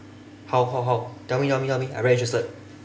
how how how tell me tell me tell me I very interested